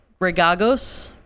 gregagos